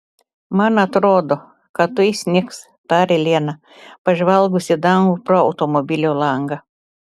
man atrodo kad tuoj snigs tarė lena pažvelgus į dangų pro automobilio langą